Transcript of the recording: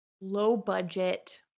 low-budget